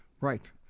Right